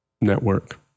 network